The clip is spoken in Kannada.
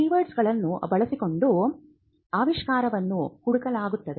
ಕೀವರ್ಡ್ಗಳನ್ನು ಬಳಸಿಕೊಂಡು ಆವಿಷ್ಕಾರವನ್ನು ಹುಡುಕಲಾಗುತ್ತದೆ